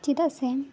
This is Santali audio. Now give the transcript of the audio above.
ᱪᱮᱫᱟᱜ ᱥᱮ